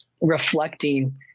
reflecting